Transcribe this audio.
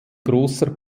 großer